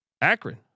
Akron